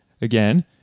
again